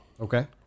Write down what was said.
okay